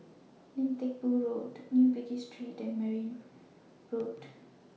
Lim Teck Boo Road New Bugis Street and Merryn Road